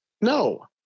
No